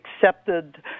accepted